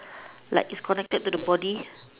like it's connected to the body